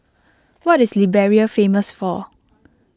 what is Liberia famous for